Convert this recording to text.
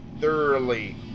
thoroughly